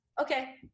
okay